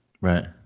right